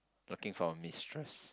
looking for a mistress